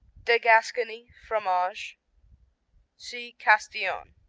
de gascony, fromage see castillon.